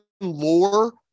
lore